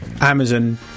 Amazon